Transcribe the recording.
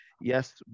yes